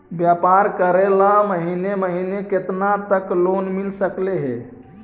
व्यापार करेल महिने महिने केतना तक लोन मिल सकले हे?